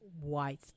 white